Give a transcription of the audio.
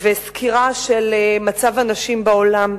וסקירה של מצב הנשים בעולם.